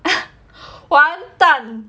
完蛋